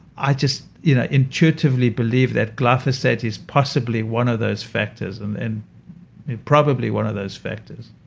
i just you know intuitively believe that glyphosate is possibly one of those factors, and and probably one of those factors